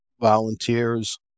volunteers